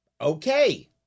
okay